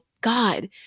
God